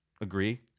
Agree